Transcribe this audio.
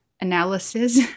analysis